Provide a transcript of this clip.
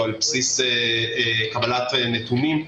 או על בסיס קבלת נתונים.